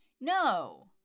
No